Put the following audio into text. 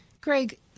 Greg